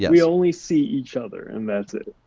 yeah we only see each other, and that's it.